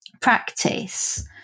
practice